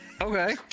Okay